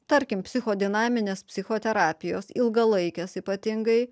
tarkim psichodinaminės psichoterapijos ilgalaikės ypatingai